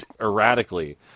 erratically